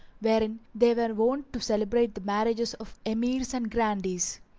wherein they were wont to celebrate the marriages of emirs and grandees.